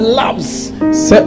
loves